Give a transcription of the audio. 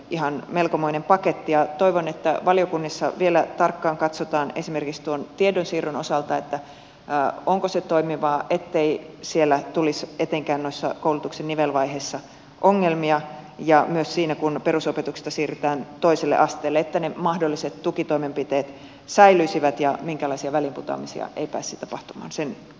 ihan melkomoinen paketti ja toivon että valiokunnissa vielä tarkkaan katsotaan esimerkiksi tuon tiedonsiirron osalta onko se toimivaa ettei siellä tulisi etenkään noissa koulutuksen nivelvaiheissa ongelmia ja myös siinä kun perusopetuksesta siirrytään toiselle asteelle että ne mahdolliset tukitoimenpiteet säilyisivät ja minkäänlaisia väliinputoamisia ei pääsisi tapahtumaan sen takia